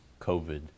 COVID